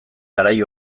garai